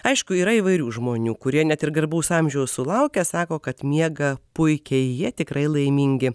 aišku yra įvairių žmonių kurie net ir garbaus amžiaus sulaukę sako kad miega puikiai jie tikrai laimingi